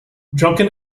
drunken